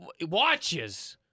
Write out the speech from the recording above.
watches